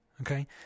okay